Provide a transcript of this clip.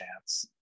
chance